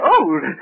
old